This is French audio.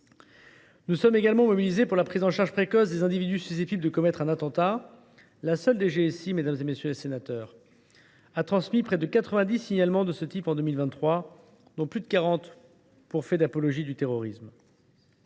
Nous sommes également mobilisés pour garantir la prise en charge précoce des individus susceptibles de commettre un attentat. La seule DGSI a ainsi transmis près de 90 signalements de ce type en 2023, dont plus de 40 pour des faits d’apologie du terrorisme.